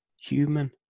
Human